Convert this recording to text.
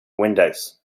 windows